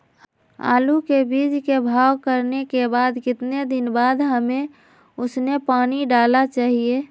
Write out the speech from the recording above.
आलू के बीज के भाव करने के बाद कितने दिन बाद हमें उसने पानी डाला चाहिए?